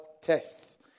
tests